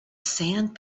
sand